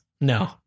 No